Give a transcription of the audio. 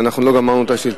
אבל אנחנו לא גמרנו את הישיבה.